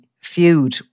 feud